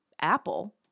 apple